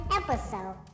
episode